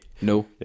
No